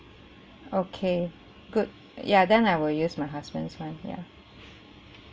okay good ya then I will use my husband's [one] ya